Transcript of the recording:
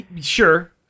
Sure